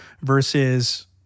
versus